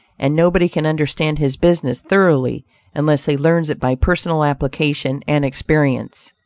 and nobody can understand his business thoroughly unless he learns it by personal application and experience.